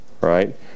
right